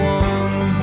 one